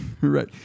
right